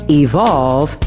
evolve